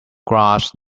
grasp